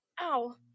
Ow